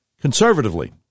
Conservatively